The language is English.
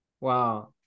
Wow